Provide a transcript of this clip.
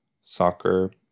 soccer